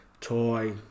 toy